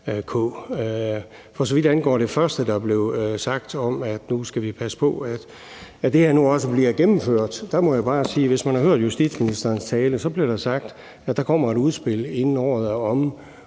For så vidt angår det første, der blev sagt, om, at nu skal vi passe på, at det her også bliver gennemført, må jeg bare sige, at hvis man hørte justitsministerens tale, blev der sagt, at der kommer et udspil, inden året er